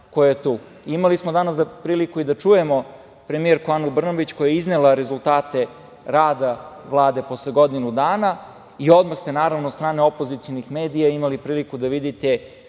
koja je tu. Imali smo danas priliku i da čujemo premijerku Anu Brnabić koja je iznela rezultate rada Vlade posle godinu dana. Odmah ste, naravno, od strane opozicionih medija imali priliku da vidite